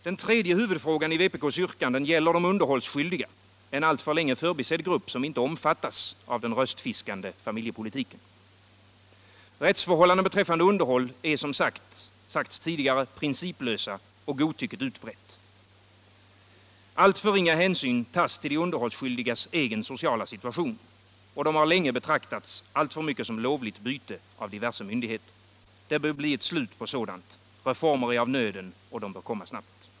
Den tredje huvudfrågan i vpk:s yrkanden gäller de underhållsskyldiga — en alltför länge förbisedd grupp, som inte omfattas av den röstfiskande familjepolitiken. Rättsförhållandena beträffande underhåll är, som sagts tidigare, principlösa och godtycket utbrett. Alltför ringa hänsyn tas till de underhållsskyldigas egen sociala situation, och de har länge betraktats alltför mycket som lovligt byte av diverse myndigheter. Det bör bli ett slut på sådant. Reformer är av nöden, och de bör komma snabbt.